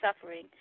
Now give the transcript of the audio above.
suffering